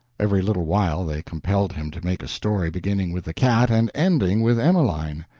every little while they compelled him to make a story beginning with the cat and ending with emeline.